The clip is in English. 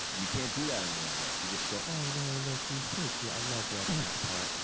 you can't do that in your own work. you just go, oh, no, look. he's so cute. i loved writing that part.